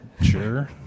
sure